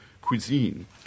cuisine